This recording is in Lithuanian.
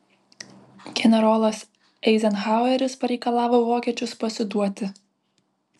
generolas eizenhaueris pareikalavo vokiečius pasiduoti